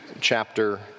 chapter